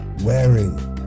wearing